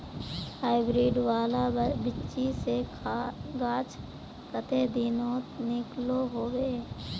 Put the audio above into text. Hybrid वाला बिच्ची से गाछ कते दिनोत निकलो होबे?